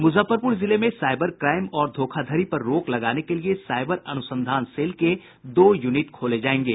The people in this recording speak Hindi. मुजफ्फरपुर जिले में साइबर क्राइम और धोखाधड़ी पर रोक लगाने के लिए साइबर अनुसंधान सेल के दो यूनिट खोले जायेंगे